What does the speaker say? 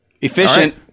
Efficient